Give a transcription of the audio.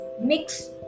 mix